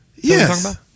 Yes